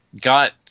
Got